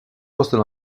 postes